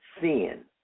sin